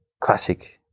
classic